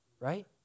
right